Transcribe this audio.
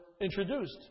introduced